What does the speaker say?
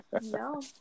No